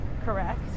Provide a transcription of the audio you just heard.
Correct